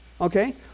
Okay